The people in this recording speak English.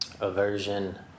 aversion